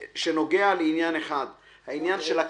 שנוגעת לעניין אחד: עניין הקנסות,